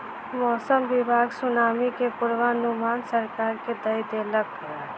मौसम विभाग सुनामी के पूर्वानुमान सरकार के दय देलक